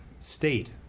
state